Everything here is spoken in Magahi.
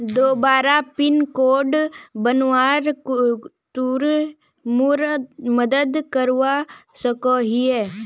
दोबारा पिन कोड बनवात तुई मोर मदद करवा सकोहिस?